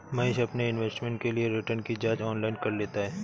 महेश अपने इन्वेस्टमेंट के लिए रिटर्न की जांच ऑनलाइन कर लेता है